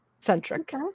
centric